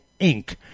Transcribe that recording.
Inc